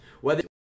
Whether-